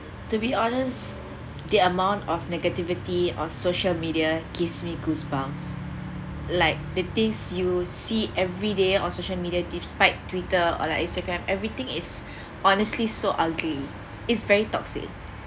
to be honest the amount of negativity or social media gives me goosebumps like the things you see every day on social media despite twitter or like instagram everything is honestly so ugly it's very toxic